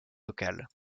locales